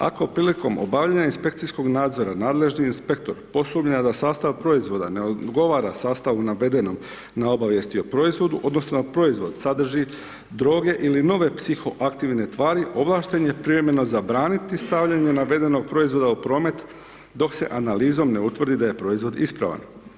Ako prilikom obavljanja inspekcijskog nadzora nadležni inspektor posumnja da sastav proizvoda ne odgovara sastavu navedenom na obavijesti o proizvodu, odnosno da proizvod sadrži droge ili nove psihoaktivne tvari ovlašten je privremeno zabraniti stavljanje navedenog proizvoda u promet dok se analizom ne utvrdi da je proizvod ispravan.